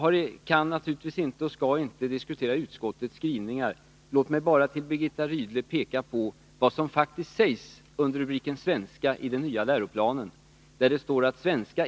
Naturligtvis varken kan eller skall jag diskutera utskottets skrivningar; låt mig bara för Birgitta Rydle peka på vad som faktiskt sägs under rubriken Svenska i den nya läroplanen läroplanen.